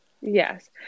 Yes